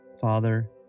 Father